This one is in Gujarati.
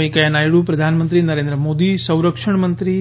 વેંકૈયા નાથડુ પ્રધાનમંત્રી નરેન્દ્ર મોદી સંરક્ષણ મંત્રી